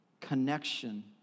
connection